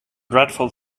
dreadful